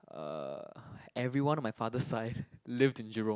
uh everyone of my father side lived in Jurong